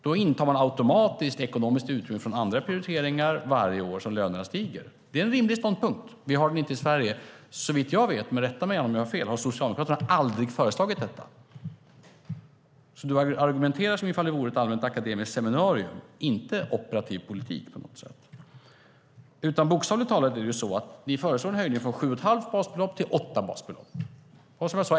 Då tar man automatiskt ekonomiskt utrymme från andra prioriteringar varje år som lönerna stiger. Det är en rimlig ståndpunkt. Vi har dem inte i Sverige. Rätta mig om jag har fel, men såvitt jag vet har Socialdemokraterna aldrig föreslagit detta. Du argumenterar som om det vore ett allmänt akademiskt seminarium, inte operativ politik. Ni föreslår en höjning från sju och ett halvt basbelopp till åtta basbelopp.